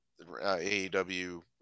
AEW